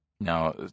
Now